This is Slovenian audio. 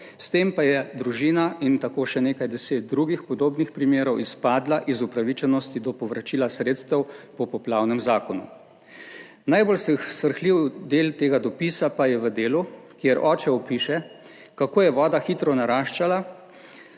S tem pa je družina in tako še nekaj deset drugih podobnih primerov izpadla iz upravičenosti do povračila sredstev po poplavnem zakonu. Najbolj srhljiv del tega dopisa pa je v delu, kjer oče opiše, kako je voda hitro naraščala,